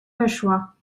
weszła